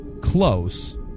close